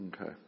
Okay